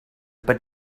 but